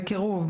בקירוב,